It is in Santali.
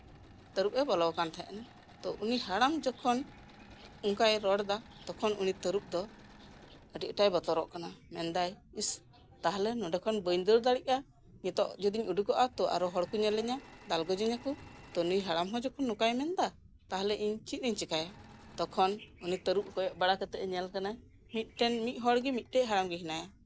ᱛᱟᱹᱨᱩᱵᱽ ᱮ ᱵᱚᱞᱚ ᱠᱟᱱ ᱛᱟᱸᱦᱮᱱᱟ ᱛᱳ ᱩᱱᱤ ᱦᱟᱲᱟᱢ ᱡᱚᱠᱷᱚᱱ ᱚᱱᱠᱟᱭ ᱨᱚᱲᱫᱟ ᱛᱚᱠᱷᱚᱱ ᱩᱱᱤ ᱛᱟᱹᱨᱩᱵᱽ ᱫᱚ ᱟᱹᱰᱤ ᱟᱸᱴ ᱮ ᱵᱚᱛᱚᱨᱚᱜ ᱠᱟᱱᱟ ᱤᱥ ᱛᱟᱦᱞᱮ ᱱᱚᱰᱮ ᱠᱷᱚᱡ ᱵᱟᱹᱧ ᱫᱟᱹᱲ ᱫᱟᱲᱮᱜᱼᱟ ᱱᱤᱛᱚᱜ ᱡᱚᱫᱤᱧ ᱩᱰᱩᱠᱚᱜᱼᱟ ᱛᱟᱦᱞᱮ ᱦᱚᱲ ᱠᱚ ᱧᱮᱞᱤᱧᱟ ᱫᱟᱞ ᱜᱚᱡᱤᱧ ᱟᱠᱳ ᱛᱳ ᱱᱩᱭ ᱦᱟᱲᱟᱢ ᱡᱚᱠᱷᱚᱡ ᱱᱚᱝᱠᱟᱭ ᱢᱮᱱᱫᱟ ᱛᱟᱦᱞᱮ ᱤᱧ ᱪᱮᱫ ᱤᱧ ᱪᱮᱠᱟᱭᱟ ᱛᱚᱠᱷᱚᱱ ᱩᱱᱤ ᱛᱟᱹᱨᱩᱵᱽ ᱠᱚᱭᱚᱜ ᱵᱟᱲᱟ ᱠᱟᱛᱮᱜ ᱧᱮᱞ ᱠᱟᱱᱟ ᱢᱤᱫ ᱴᱮᱱ ᱢᱤᱫ ᱦᱚᱲᱜᱮ ᱢᱤᱫᱴᱮᱡ ᱦᱟᱲᱟᱢ ᱜᱮ ᱢᱮᱱᱟᱭᱟ